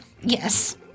Yes